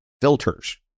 filters